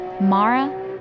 Mara